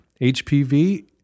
HPV